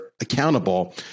accountable